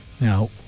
Now